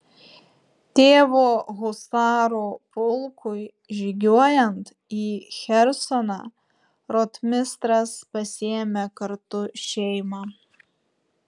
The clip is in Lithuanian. tėvo husarų pulkui žygiuojant į chersoną rotmistras pasiėmė kartu šeimą